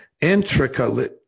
Intricately